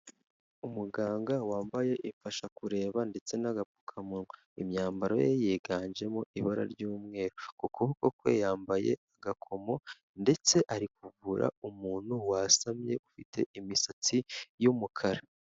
Umuganga wambaye ifasha kureba ndetse n'agapfukamunwa imyambaro ye yiganjemo ibara ry'umweru, ku kuboko kwe yambaye agakomo ndetse ari kuvura umuntu wasamye ufite imisatsi y'umukara.